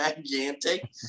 gigantic